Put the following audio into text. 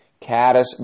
Caddis